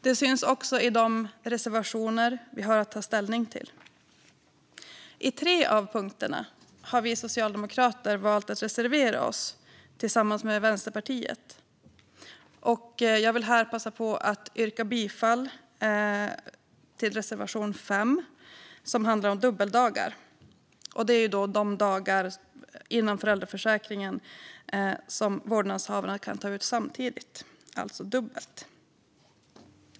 De syns också i de reservationer vi har att ta ställning till. I tre av punkterna har vi socialdemokrater valt att reservera oss tillsammans med Vänsterpartiet. Jag vill här passa på att yrka bifall till reservation 13 under punkt 5 som handlar om dubbeldagar, det vill säga de dagar inom föräldraförsäkringen som vårdnadshavarna kan ta ut samtidigt, alltså dubbelt.